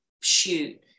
shoot